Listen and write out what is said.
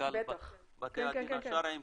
מנכ"ל בתי הדין השרעיים,